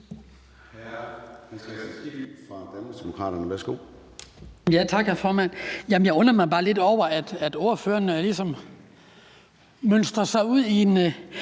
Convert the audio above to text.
Jeg undrer mig bare lidt over, at ordføreren ligesom begiver sig ud i en